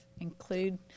include